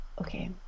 Okay